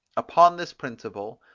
upon this principle,